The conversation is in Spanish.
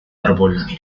árbol